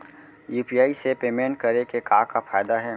UPI से payment करे के का का फायदा हे?